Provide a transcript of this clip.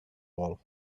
wall